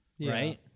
Right